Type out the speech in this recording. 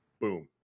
Boom